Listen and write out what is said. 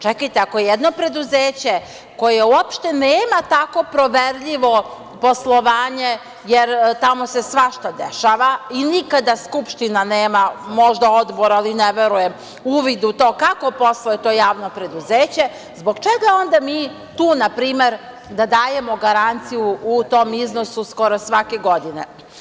Čekajte, ako jedno preduzeće koje uopšte nema tako proverljivo poslovanje, jer tamo se svašta dešava i nikada Skupština nema, možda odbor, ali ne verujem, uvid u to kako posluje to javno preduzeće, zbog čega onda mi tu, na primer, da dajemo garanciju u tom iznosu skoro svake godine?